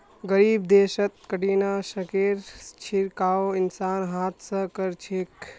गरीब देशत कीटनाशकेर छिड़काव इंसान हाथ स कर छेक